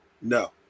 no